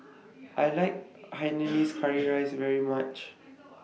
I like Hainanese Curry Rice very much